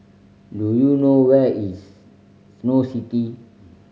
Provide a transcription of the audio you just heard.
do you know where is Snow City